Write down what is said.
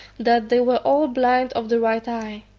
that they were all blind of the right eye.